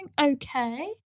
okay